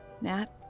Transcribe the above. Nat